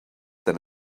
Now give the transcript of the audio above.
than